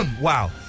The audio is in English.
Wow